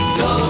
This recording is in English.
go